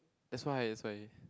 that's why that's why